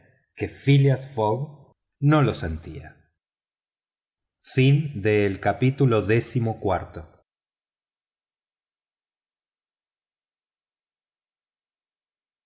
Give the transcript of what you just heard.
phileas fogg no lo sentía